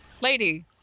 lady